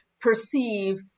perceive